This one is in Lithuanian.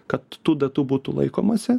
kad tų datų būtų laikomasi